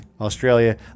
Australia